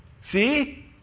See